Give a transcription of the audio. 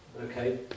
Okay